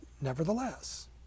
nevertheless